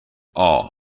awe